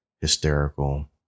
hysterical